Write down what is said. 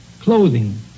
clothing